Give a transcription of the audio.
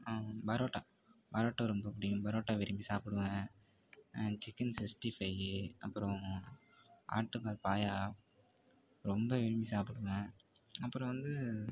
பரோட்டா பரோட்டா ரொம்ப பிடிக்கும் பரோட்டா விரும்பி சாப்பிடுவேன் சிக்கன் சிக்ஸ்ட்டி ஃபையி அப்புறம் ஆட்டுக்கால் பாயா ரொம்ப விரும்பி சாப்பிடுவேன் அப்புறம் வந்து